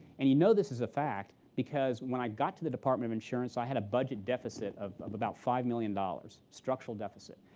and you know this is a fact, because when i got to the department of insurance, i had a budget deficit of of about five million dollars, structural deficit.